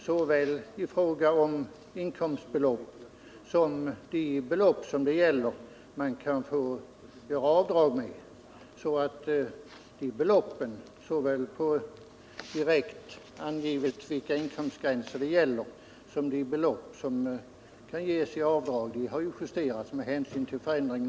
Det gäller såväl inkomstbelopp som avdragsbelopp, och det har skett med hänsyn till penningvärdets förändring.